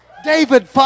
David